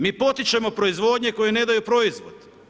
Mi potičemo proizvodnje koje ne daju proizvod.